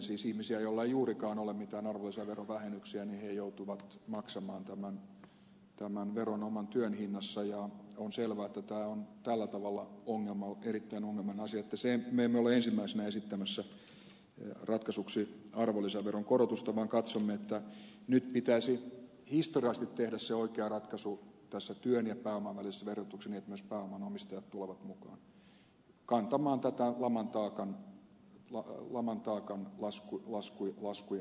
siis ihmiset joilla ei juurikaan ole mitään arvonlisäverovähennyksiä joutuvat maksamaan tämän veron oman työn hinnassa ja on selvä että tämä on tällä tavalla erittäin ongelmallinen asia emmekä me ole ensimmäisenä esittämässä ratkaisuksi arvonlisäveron korotusta vaan katsomme että nyt pitäisi historiallisesti tehdä se oikea ratkaisu tässä työn ja pääoman välisessä verotuksessa niin että myös pääoman omistajat tulevat mukaan kantamaan tätä laman taakan laskujen maksamista